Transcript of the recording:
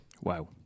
Wow